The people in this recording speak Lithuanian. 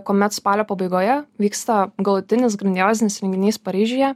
kuomet spalio pabaigoje vyksta galutinis grandiozinis renginys paryžiuje